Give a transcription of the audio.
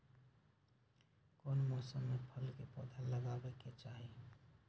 कौन मौसम में फल के पौधा लगाबे के चाहि?